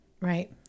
Right